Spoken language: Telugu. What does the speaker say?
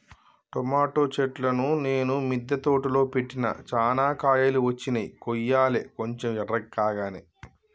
టమోటో చెట్లును నేను మిద్ద తోటలో పెట్టిన చానా కాయలు వచ్చినై కొయ్యలే కొంచెం ఎర్రకాగానే